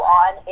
on